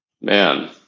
Man